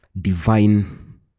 divine